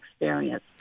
experience